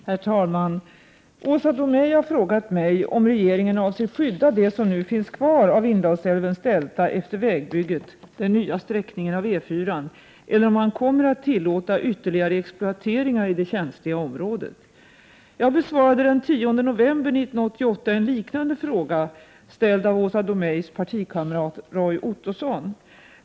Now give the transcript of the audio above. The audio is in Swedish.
Herr talman! Åsa Domeij har frågat mig om regeringen avser skydda det som nu finns kvar av Indalsälvens delta efter vägbygget eller om man kommer att tillåta ytterligare exploateringar i det känsliga området. Jag besvarade den 10 november 1988 en liknande fråga ställd av Åsa Domeijs partikamrat Roy Ottosson.